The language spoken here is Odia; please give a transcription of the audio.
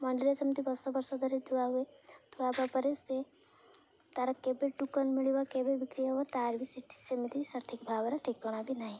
ମଣ୍ଡିରେ ସେମିତି ବର୍ଷ ବର୍ଷ ଧରି ଧୁଆହୁୁଏ ଧୁଆହେବା ପରେ ସେ ତାର କେବେ ଟୋକନ୍ ମିଳିବ କେବେ ବିକ୍ରି ହେବ ତାର ବି ସେଠି ସେମିତି ସଠିକ୍ ଭାବରେ ଠିକଣା ବି ନାହିଁ